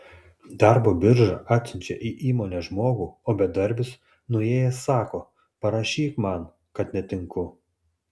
darbo birža atsiunčia į įmonę žmogų o bedarbis nuėjęs sako parašyk man kad netinku